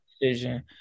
decision